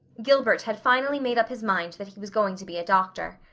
gilbert had finally made up his mind that he was going to be a doctor.